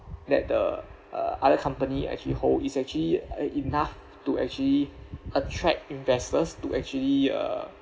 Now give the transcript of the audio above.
let the uh other company actually hold is actually uh enough to actually attract investors to actually uh